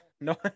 no